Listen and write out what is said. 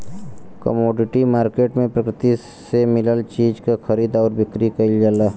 commodity market में प्रकृति से मिलल चीज क खरीद आउर बिक्री कइल जाला